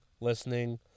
listening